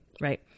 Right